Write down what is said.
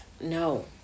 No